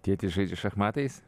tėtis žaidžia šachmatais